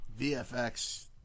VFX